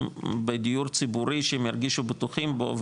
בדיור ציבורי שהם ירגישו בטוחים בו,